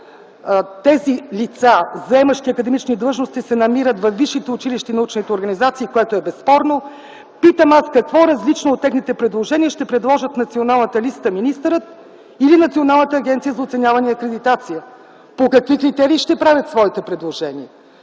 тези лица, заемащи академични длъжности, се намират във висшите училища и научните организации, което е безспорно, питам аз: какво различно от техните предложения ще предложат в Националната листа министърът или Националната агенция за оценяване и акредитация? По какви критерии ще правят своите предложения?